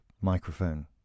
microphone